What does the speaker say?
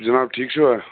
جِناب ٹھیٖک چھُوا